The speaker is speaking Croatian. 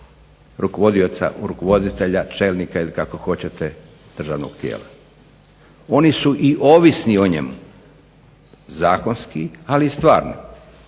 rukovodioca, rukovoditelja, čelnika ili kako hoćete državnog tijela. Oni su i ovisni o njemu zakonski, ali i stvarno.